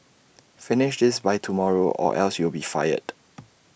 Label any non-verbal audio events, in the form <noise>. finish this by tomorrow or else you'll be fired <noise>